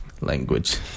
language